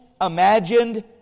imagined